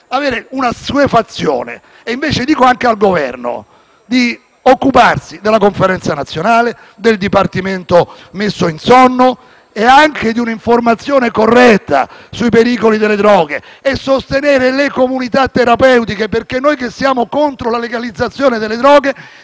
avere una assuefazione. Dico anche al Governo di occuparsi della Conferenza nazionale, del dipartimento messo in sonno e anche di un'informazione corretta sui pericoli delle droghe e sostenere le comunità terapeutiche, perché noi che siamo contro la legalizzazione delle droghe